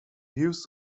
views